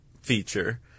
feature